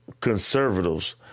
conservatives